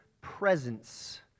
presence